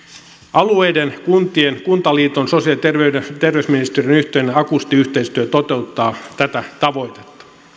alueiden kuntien kuntaliiton ja sosiaali ja terveysministeriön yhteinen akusti yhteistyö toteuttaa tätä tavoitetta